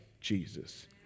Jesus